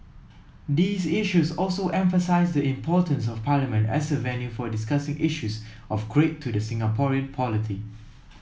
these issues also emphasise the importance of Parliament as a venue for discussing issues of great to the Singaporean polity